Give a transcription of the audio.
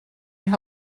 eich